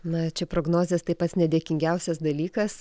na čia prognozės tai pats nedėkingiausias dalykas